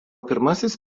pirmasis